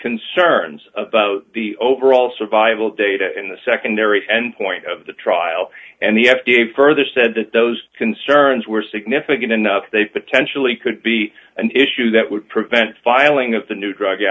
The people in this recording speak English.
concerns about the overall survival data in the secondary endpoint of the trial and the f d a further said that those concerns were significant enough they potentially could be an issue that would prevent the filing of the new drug